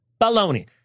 Baloney